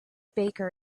baker